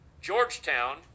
Georgetown